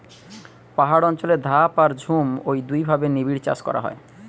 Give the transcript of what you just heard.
পাহাড় অঞ্চলে ধাপ আর ঝুম ঔ দুইভাবে নিবিড়চাষ করা হয়